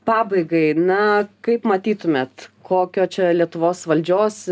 pabaigai na kaip matytumėt kokio čia lietuvos valdžios